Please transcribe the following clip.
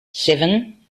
seven